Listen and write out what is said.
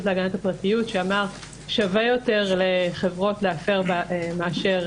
להגנת הפרטיות שאמר: שווה לחברות להפר מאשר